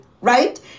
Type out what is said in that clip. right